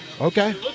Okay